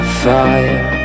fire